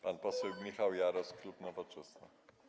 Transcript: Pan poseł Michał Jaros, klub Nowoczesna.